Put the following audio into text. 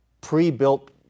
pre-built